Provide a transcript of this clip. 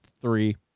three